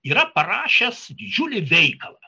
yra parašęs didžiulį veikalą